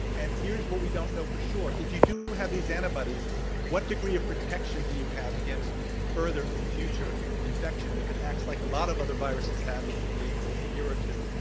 and here's what we don't know for sure if you do have these antibodies what, degree of protection do you have against further and future infection if it acts like a lot of other viruses have, it should be for a year or two.